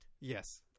Yes